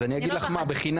אז אני אגיד לך מה בחינם.